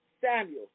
Samuel